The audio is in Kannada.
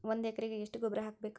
ಒಂದ್ ಎಕರೆಗೆ ಎಷ್ಟ ಗೊಬ್ಬರ ಹಾಕ್ಬೇಕ್?